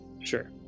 Sure